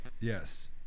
Yes